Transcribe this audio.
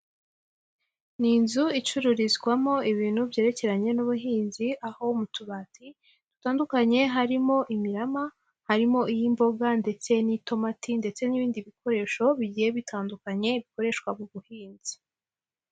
Ni inzu icururizwamo ibintu byerekeranye n'ubuhinzi, aho mu tubati dutandukanye harimo imirama, harimo iy'imboga ndetse n'itomati ndetse n'ibindi bikoresho bigiye bitandukanye bikoreshwa mu buhinzi.